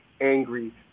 angry